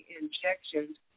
injections